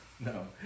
No